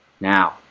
now